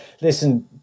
Listen